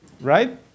right